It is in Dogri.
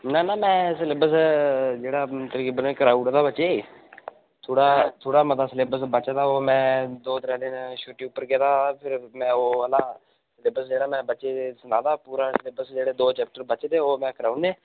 ना ना मैं सिलेबस जेह्ड़ा ऐ तकरीबन कराई ओडे़ दा बच्चे गी थोह्ड़ा थोह्ड़ा मता सिलेबस बचे दा ओह् मैं दो त्रै दिन छुट्टी उप्पर गेदा हा ते मैं ओह् आह्ला सलेबस बच्चे गी सनाए दा पूरा सिलेबस जेह्ड़े दो चैप्टर बचे दे ओह् कराई ओड़ने